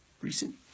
recent